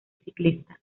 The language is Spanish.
ciclista